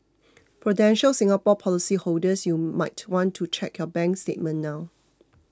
prudential Singapore policyholders you might want to check your bank statement now